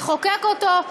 לחוקק אותו,